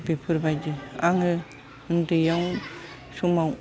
बेफोरबादि आङो उन्दैआव समाव